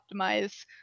optimize